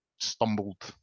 stumbled